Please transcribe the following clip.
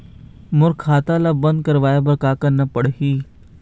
मोर खाता ला बंद करवाए बर का करना पड़ही?